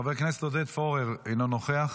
חבר הכנסת עודד פורר, אינו נוכח.